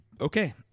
okay